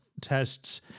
tests